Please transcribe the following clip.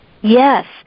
yes